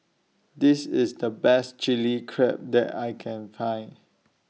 This IS The Best Chilli Crab that I Can Find